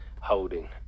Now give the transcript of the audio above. holding